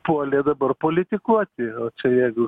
puolė dabar politikuoti o čia jeigu